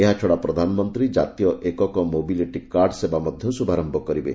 ଏହାଛଡ଼ା ପ୍ରଧାନମନ୍ତ୍ରୀ ଜାତୀୟ ଏକକ ମୋବିଲିଟି କାର୍ଡ୍ ସେବା ମଧ୍ୟ ଶୁଭାରମ୍ଭ କରିବେ